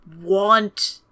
want